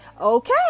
okay